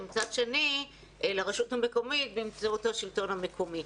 ומצד שני לרשות המקומית באמצעות השלטון המקומי.